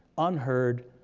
unheard,